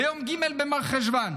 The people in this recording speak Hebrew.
ביום ג' במרחשוון,